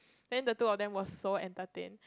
then the two of them were so entertained